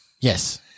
Yes